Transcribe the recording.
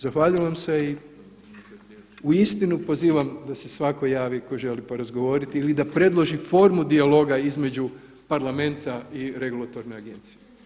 Zahvaljujem vam se i uistinu pozivam da se svatko javi tko želi porazgovoriti ili da predloži formu dijaloga između Parlamenta i regulatorne agencije.